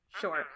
Sure